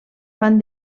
fan